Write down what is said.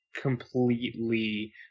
completely